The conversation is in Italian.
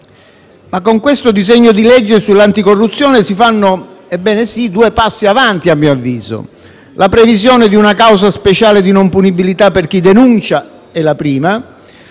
Ma con questo disegno di legge sull'anticorruzione si fanno, ebbene sì, due passi in avanti, a mio avviso. Il primo è la previsione di una causa speciale di non punibilità per chi denuncia. Ho ben